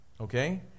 okay